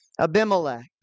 Abimelech